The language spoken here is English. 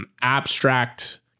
abstract